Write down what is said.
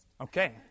Okay